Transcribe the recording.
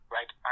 Right